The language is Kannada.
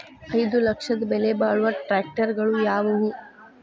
ಐದು ಲಕ್ಷದ ಬೆಲೆ ಬಾಳುವ ಟ್ರ್ಯಾಕ್ಟರಗಳು ಯಾವವು?